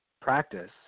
practice